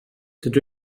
dydw